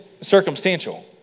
circumstantial